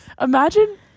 Imagine